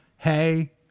Hey